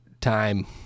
time